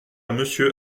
monsieur